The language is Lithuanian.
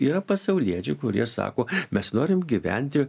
yra pasauliečių kurie sako mes norim gyventi